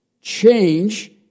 change